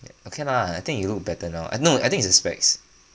okay lah I think you look better now no I no I think is the specs